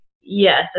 yes